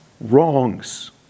wrongs